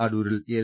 അടൂ രിൽ എൽ